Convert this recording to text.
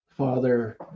Father